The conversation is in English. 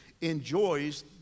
enjoys